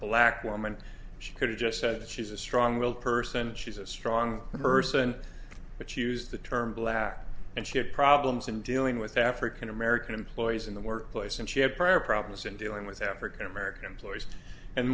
black woman she could have just said she's a strong willed person she's a strong person but use the term black and she had problems in dealing with african american employees in the workplace and she had prior problems in dealing with african american ploys and